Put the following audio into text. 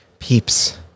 Peeps